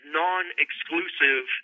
non-exclusive